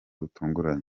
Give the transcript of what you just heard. butunguranye